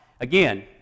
again